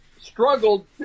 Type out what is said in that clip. struggled